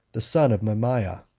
the son of mamaea.